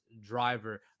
driver